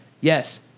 yes